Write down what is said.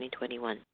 2021